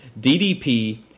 DDP